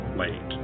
late